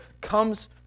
comes